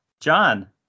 john